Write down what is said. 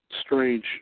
strange